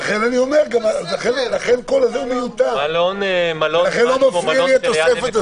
לכן זה מיותר ולכן לא מפריעה לי התוספת הזאת.